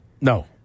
No